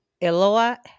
Eloah